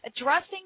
addressing